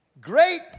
great